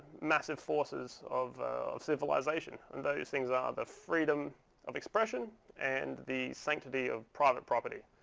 massive forces of civilisation. and those things are the freedom of expression and the sanctity of private property.